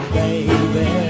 baby